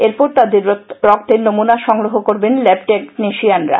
এরপর তাদের রক্তের নমুনা সংগ্রহ করবেন ল্যাব টেকনিশিয়ানরা